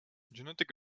genetic